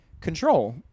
control